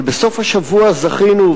שבסוף השבוע זכינו,